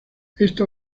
esta